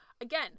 Again